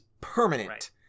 permanent